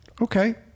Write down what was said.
Okay